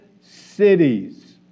cities